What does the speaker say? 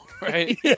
Right